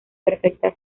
perfecta